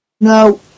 No